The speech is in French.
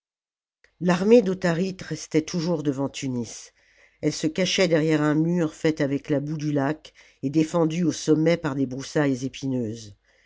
l'armée d'autharite restait toujours devant tunis elle se cachait derrière un mur fait avec la boue du lac et défendu au sommet par des broussailles épineuses